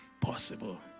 possible